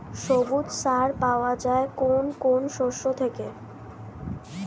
সবুজ সার পাওয়া যায় কোন কোন শস্য থেকে?